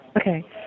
Okay